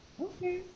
Okay